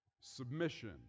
submission